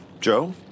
Joe